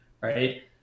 right